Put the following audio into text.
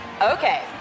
Okay